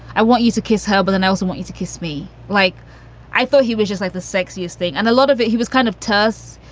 i want you to kiss her. but and i also want you to kiss me like i thought he was just like the sexiest thing. and a lot of it he was kind of terse.